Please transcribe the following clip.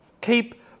Keep